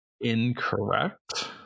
incorrect